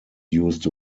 used